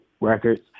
Records